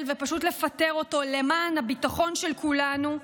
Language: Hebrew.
ופשוט לפטר אותו למען הביטחון של כולנו,